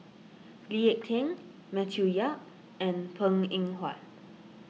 Lee Ek Tieng Matthew Yap and Png Eng Huat